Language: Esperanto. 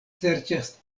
serĉas